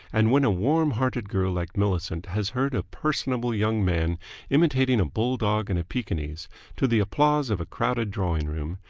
and when a warm-hearted girl like millicent has heard a personable young man imitating a bulldog and a pekingese to the applause of a crowded drawing-room,